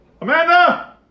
Amanda